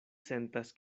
sentas